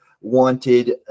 wanted